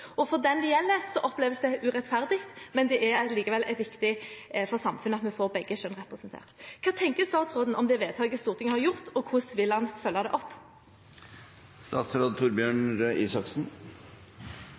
For dem det gjelder, oppleves det urettferdig, men det er allikevel viktig for samfunnet at vi får begge kjønn representert. Hva tenker statsråden om det vedtaket Stortinget har gjort, og hvordan vil han følge det